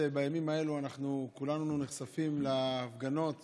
בימים האלה כולנו נחשפים להפגנות